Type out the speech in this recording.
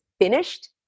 finished